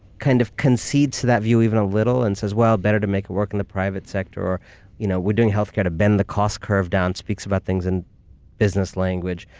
kind of concedes to that view even a little and says, well, better to make it work in the private sector or you know, we're doing healthcare to bend the cost curve down, speaks about things in business language,